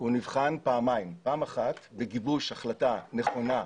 נבחן פעמיים: פעם אחת בגיבוש החלטה נכונה,